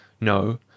No